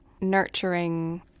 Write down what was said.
nurturing